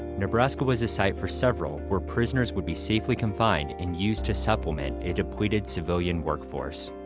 nebraska was a site for several where prisoners would be safely confined and used to supplement a depleted civilian workforce.